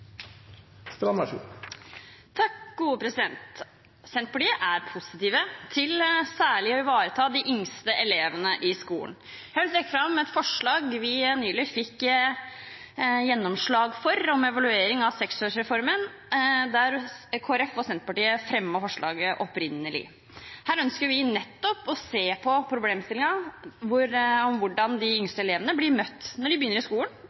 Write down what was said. Strand. Senterpartiet er positiv til særlig å ivareta de yngste elevene i skolen. Jeg vil trekke fram et forslag vi nylig fikk gjennomslag for, om evaluering av seksårsreformen, som Kristelig Folkeparti og Senterpartiet opprinnelig fremmet. Vi ønsker å se på hvordan de yngste elevene blir møtt når de begynner i skolen,